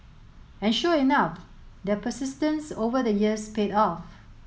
and sure enough their persistence over the years paid off